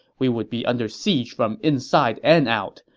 we would be under siege from inside and out,